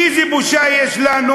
איזה בושה יש לנו?